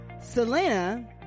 Selena